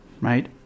right